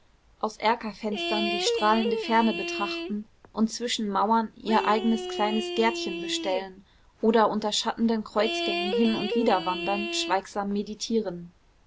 aus erkerfenstern die strahlende ferne betrachten und zwischen mauern ihr eigenes kleines gärtchen bestellen oder unter schattenden kreuzgängen hin und wieder wandernd schweigsam meditieren